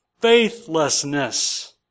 faithlessness